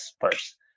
first